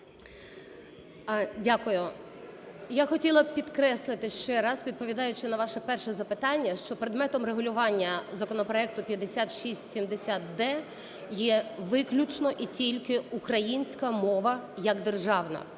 Дякую. Я хотіла б підкреслити ще раз, відповідаючи на ваше перше запитання, що предметом регулювання законопроекту 5670-д є виключно і тільки українська мова як державна.